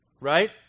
Right